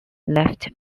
left